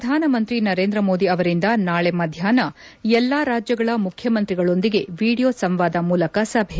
ಪ್ರಧಾನಮಂತ್ರಿ ನರೇಂದ್ರ ಮೋದಿ ಅವರಿಂದ ನಾಳೆ ಮಧ್ಯಾಹ್ನ ಎಲ್ಲಾ ರಾಜ್ಯಗಳ ಮುಖ್ಯಮಂತ್ರಿಗಳೊಂದಿಗೆ ವಿಡಿಯೋ ಕಾನ್ವರೆನ್ಸ್ ಮೂಲಕ ಸಭೆ